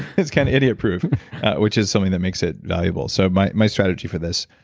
it's kind of idiot proof which is something that makes it valuable. so my my strategy for this,